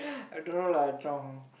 I don't know lah Chong